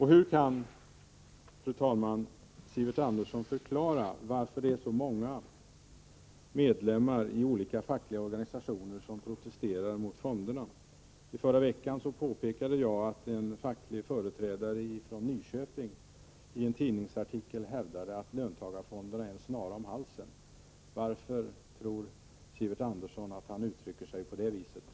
Hur förklarar Sivert Andersson, fru talman, att det är så många medlemmar i olika fackliga organisationer som protesterar mot fonderna? I förra veckan påpekade jag att en facklig företrädare från Nyköping i en tidningsartikel hävdade att löntagarfonderna är en snara om halsen. Varför tror Sivert Andersson att han uttryckte sig på detta sätt?